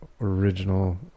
original